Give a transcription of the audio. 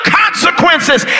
consequences